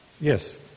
yes